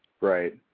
Right